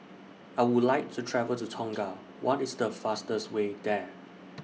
I Would like to travel to Tonga What IS The fastest Way There